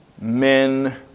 men